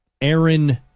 Aaron